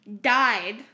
died